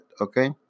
Okay